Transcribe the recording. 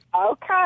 Okay